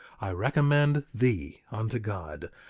i recommend thee unto god,